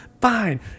Fine